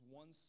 one